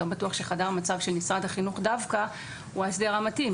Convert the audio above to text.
לא בטוח שדווקא חדר מצב של משרד החינוך הוא ההסדר המתאים.